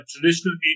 traditional